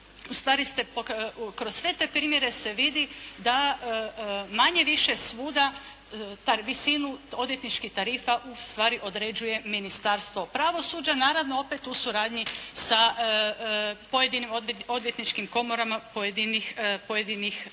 U stvari kroz sve te primjere se vidi da manje-više svuda visinu odvjetničkih tarifa u stvari određuje Ministarstvo pravosuđa, naravno opet u suradnji sa pojedinim odvjetničkih komora pojedinih zemalja.